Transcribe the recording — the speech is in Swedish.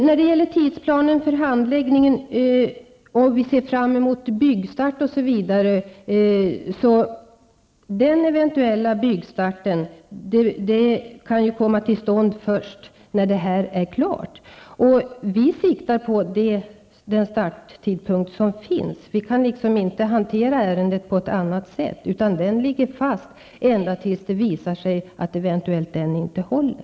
När det gäller tidsplanen för handläggning av byggstart osv. kan jag säga att den eventuella byggstarten kan komma till stånd först när det här är klart. Vi siktar på den starttidpunkt som finns. Vi kan inte hantera ärendet på något annat sätt. Tidpunkten för start ligger således fast tills det visar sig att den eventuellt inte håller.